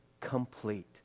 complete